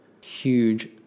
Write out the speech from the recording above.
huge